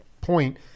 point